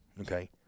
okay